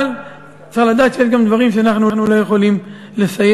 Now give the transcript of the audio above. אבל צריך לדעת שיש גם דברים שאנחנו לא יכולים לסייע.